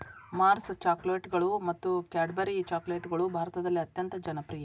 Mars ಚಾಕೊಲೇಟ್ಗಳು ಮತ್ತು Cadbury ಚಾಕೊಲೇಟ್ಗಳು ಭಾರತದಲ್ಲಿ ಅತ್ಯಂತ ಜನಪ್ರಿಯ